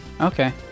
Okay